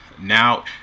Now